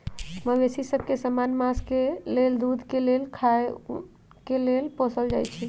मवेशि सभ के समान्य मास के लेल, दूध के लेल आऽ खाल के लेल पोसल जाइ छइ